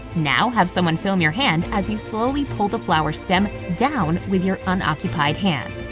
now have someone film your hand as you slowly pull the flower's stem down with your unoccupied hand.